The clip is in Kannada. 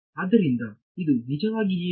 ಆದ್ದರಿಂದ ಇದು ನಿಜವಾಗಿ ಏನು